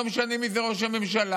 לא משנה מי זה ראש הממשלה,